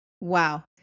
Wow